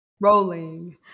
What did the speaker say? Rolling